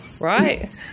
right